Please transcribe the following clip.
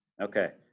Okay